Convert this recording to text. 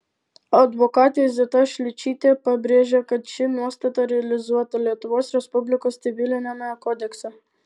advokatė zita šličytė pabrėžia kad ši nuostata realizuota lietuvos respublikos civiliniame kodekse